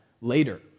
later